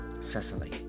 Cecily